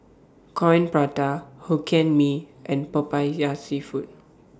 Coin Prata Hokkien Mee and Popiah Seafood